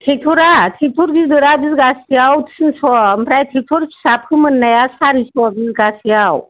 ट्रेकटरा tractor गिदिरआ बिगासेआव थिनस' ओमफ्राय tractor फिसा फोमोननाया सारिस' बिगासेयाव